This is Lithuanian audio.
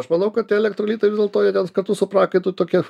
aš manau kad tie elektrolitai vis dėlto jie ten kartu su prakaitu tokie